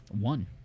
One